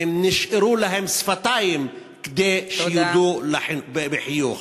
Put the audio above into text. אם נשארו להם שפתיים כדי שיודו להם בחיוך.